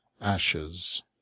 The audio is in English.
Ashes